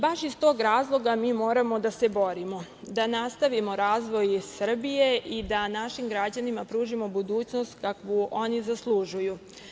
Baš iz tog razloga mi moramo da se borimo, da nastavimo razvoj Srbije i da našim građanima pružimo budućnost kakvu oni zaslužuju.